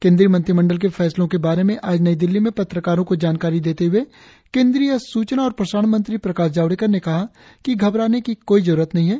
केंद्रीय मंत्रिमंडल के फैसलों के बारे में आज नई दिल्ली में पत्रकारों को जानकारी देते हुए सूचना और प्रसारण मंत्री प्रकाश जावड़ेकर ने कहा कि घबराने की कोई जरूरत नहीं है